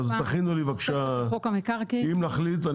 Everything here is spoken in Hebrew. אז אם נחליט,